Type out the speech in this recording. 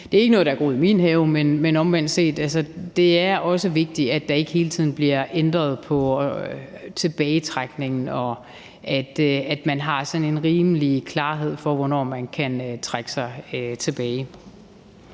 ikke er noget, der er groet i min have; men omvendt er det også vigtigt, at der ikke hele tiden bliver ændret på tilbagetrækningsordninger, og at der er sådan en rimelig klarhed om, hvornår man kan trække sig tilbage.